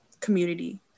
community